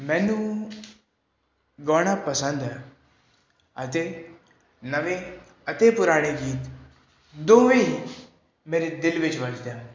ਮੈਨੂੰ ਗਾਉਣਾ ਪਸੰਦ ਆ ਅਤੇ ਨਵੇਂ ਅਤੇ ਪੁਰਾਣੇ ਗੀਤ ਦੋਵੇਂ ਮੇਰੇ ਦਿਲ ਵਿੱਚ ਵੱਜਦੇ ਹਨ